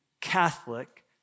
Catholic